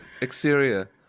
exterior